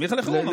הסמיכה לחירום.